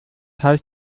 heißt